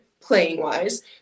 playing-wise